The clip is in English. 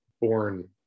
born